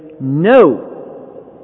no